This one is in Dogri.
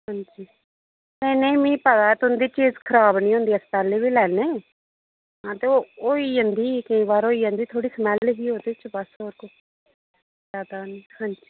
हां जी नेईं नेईं मिगी पता ऐ तुं'दी चीज खराब नी होंदी अस पैह्ले वी लैने हां ते ओ होई जंदी केई बार होई जंदी थोह्ड़ी स्मैल्ल ही ओह्दे च बस और कुछ ज्यादा नी हांजी